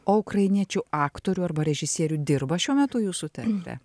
o ukrainiečių aktorių arba režisierių dirba šiuo metu jūsų teatre